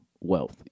wealth